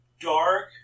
dark